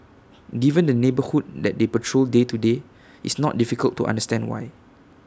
given the neighbourhood that they patrol day to day it's not difficult to understand why